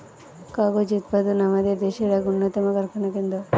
কাগজ উৎপাদন আমাদের দেশের এক উন্নতম কারখানা কেন্দ্র